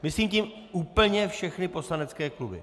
Myslím tím úplně všechny poslanecké kluby.